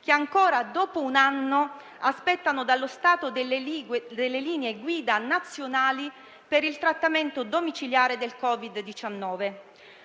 che, ancora dopo un anno, aspettano dallo Stato linee guida nazionali per il trattamento domiciliare del Covid-19.